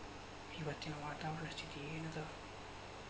ಇವತ್ತಿನ ವಾತಾವರಣ ಸ್ಥಿತಿ ಏನ್ ಅದ?